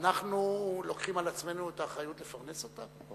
אנחנו לוקחים על עצמנו את האחריות לפרנס אותם?